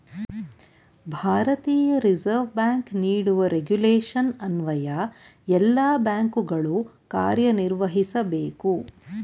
ಭಾರತೀಯ reserve bank ನೀಡುವ regulation ಅನ್ವಯ ಎಲ್ಲ ಬ್ಯಾಂಕುಗಳು ಕಾರ್ಯನಿರ್ವಹಿಸಬೇಕು